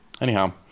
Anyhow